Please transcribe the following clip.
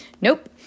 Nope